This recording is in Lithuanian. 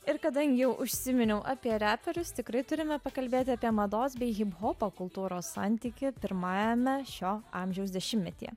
ir kadangi jau užsiminiau apie reperius tikrai turime pakalbėti apie mados bei hiphopo kultūros santykį pirmajame šio amžiaus dešimtmetyje